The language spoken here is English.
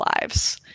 lives